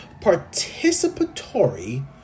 participatory